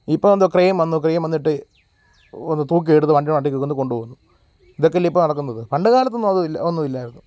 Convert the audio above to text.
ഇപ്പോൾ എന്തുവാ ക്രെയിന് വന്നു ക്രെയിന് വന്നിട്ട് ഒന്ന് തൂക്കി എടുത്ത് വണ്ടിയുടെ മണ്ടക്ക് വെക്കുന്നു കൊണ്ടുപോകുന്നു ഇതൊക്കെ അല്ലെങ്കിൽ ഇപ്പോൾ നടക്കുന്നത് പണ്ടു കാലത്തൊന്നും അത് ഒന്നുമില്ലായിരുന്നു